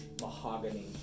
mahogany